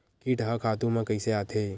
कीट ह खातु म कइसे आथे?